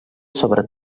sobre